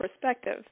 perspective